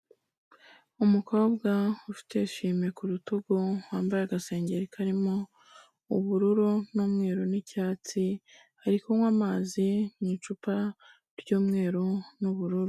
Umukobwa ufite esime ku rutugu, wambaye agasengengeri karimo ubururu n'umweru n'cyatsi, ari kunywa amazi mu icupa ry'umweru n'ubururu.